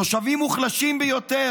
התושבים המוחלשים ביותר